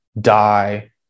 die